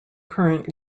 current